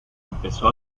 empezó